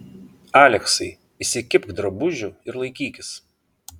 aleksai įsikibk drabužių ir laikykis